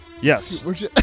Yes